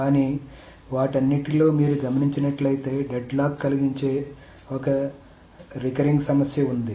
కానీ వాటన్నింటిలో మీరు గమనించినట్లయితే డెడ్ లాక్ కలిగించే ఒక పునరావృత సమస్య ఉంది